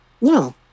No